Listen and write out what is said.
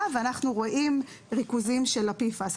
אנחנו מנטרים ואנחנו כן רואים ירידה בכמות הספיקות ובעומסים.